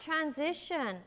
transition